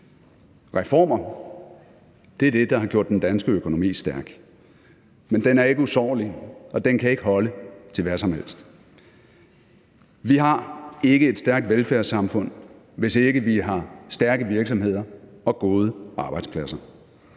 Reformer er det, der har gjort den danske økonomi stærk, men den er ikke usårlig, og den kan ikke holde til hvad som helst. Vi har ikke et stærkt velfærdssamfund, hvis ikke vi har stærke virksomheder og gode arbejdspladser.